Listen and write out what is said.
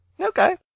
Okay